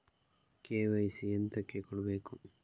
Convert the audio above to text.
KYC ಎಂತಕೆ ಕೊಡ್ಬೇಕು?